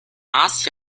aas